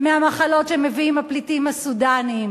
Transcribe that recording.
מהמחלות שמביאים הפליטים הסודנים.